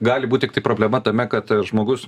gali būt tiktai problema tame kad žmogus